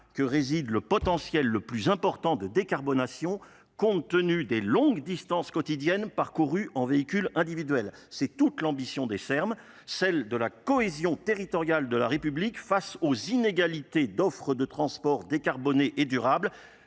que réside le potentiel le plus important de décarbonation compte tenu des longues distances quotidiennes parcourues en véhicules individuels c'est toute l'ambition des fermes celle de la cohésion territoriale de la république face qui peut déterminer une trajectoire financière mais